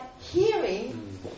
hearing